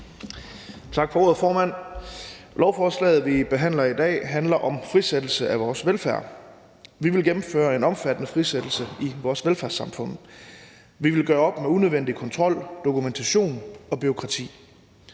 Tak for ordet, formand. Lovforslaget, vi behandler i dag, handler om frisættelse af vores velfærd. Vi vil gennemføre en omfattende frisættelse i vores velfærdssamfund. Vi vil gøre op med unødvendig kontrol, dokumentation og bureaukrati,